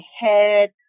head